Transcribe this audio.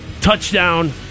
touchdown